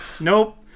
nope